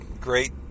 great